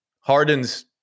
Harden's